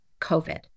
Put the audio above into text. covid